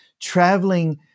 traveling